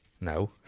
No